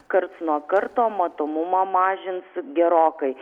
karts nuo karto matomumą mažins gerokai